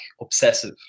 obsessive